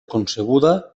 concebuda